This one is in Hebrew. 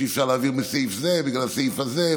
שאי-אפשר להעביר מסעיף זה בגלל הסעיף הזה,